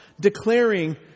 declaring